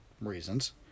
reasons